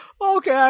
okay